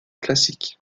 classique